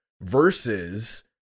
versus